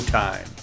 time